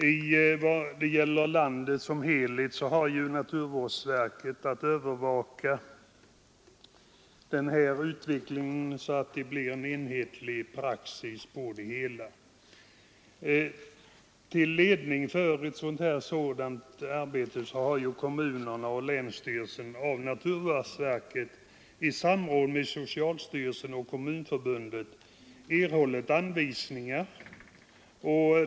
I vad gäller landet som helhet har ju naturvårdsverket att övervaka utvecklingen så att det blir en enhetlig praxis. Till ledning för detta arbete har ju kommunerna och länsstyrelserna av naturvårdsverket, i samråd med socialstyrelsen och Kommunförbundet, erhållit anvisningar.